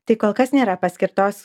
tai kol kas nėra paskirtos